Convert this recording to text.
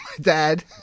dad